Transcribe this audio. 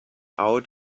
out